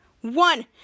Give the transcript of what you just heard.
One